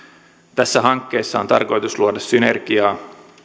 tässä hankkeessa on tarkoitus luoda synergiaa